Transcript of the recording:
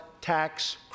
tax